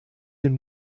den